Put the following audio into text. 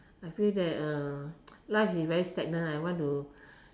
I feel that uh life is very stagnant I want to